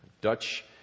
Dutch